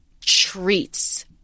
treats